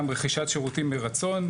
גם ברכישת שירותים מרצון,